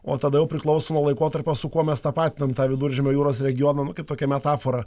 o tada jau priklauso nuo laikotarpio su kuo mes tapatinam tą viduržemio jūros regioną nu kaip tokia metafora